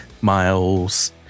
miles